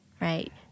right